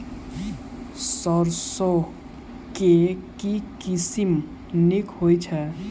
सैरसो केँ के किसिम नीक होइ छै?